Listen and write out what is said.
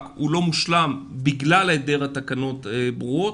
הוא לא מושלם בגלל היעדר תקנות ברורות.